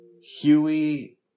Huey